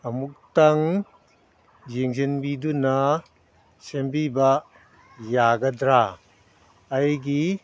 ꯑꯃꯨꯛꯇꯪ ꯌꯦꯡꯁꯤꯟꯕꯤꯗꯨꯅ ꯁꯦꯝꯕꯤꯕ ꯌꯥꯒꯗ꯭ꯔꯥ ꯑꯩꯒꯤ